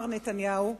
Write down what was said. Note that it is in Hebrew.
מר נתניהו,